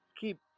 keep